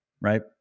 right